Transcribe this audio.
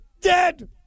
dead